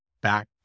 back